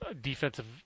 defensive